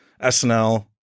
SNL